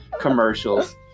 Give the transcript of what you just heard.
commercials